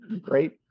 great